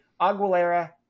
Aguilera